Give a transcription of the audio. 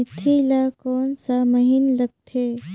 मेंथी ला कोन सा महीन लगथे?